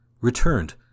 returned